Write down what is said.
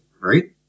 right